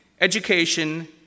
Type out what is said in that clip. education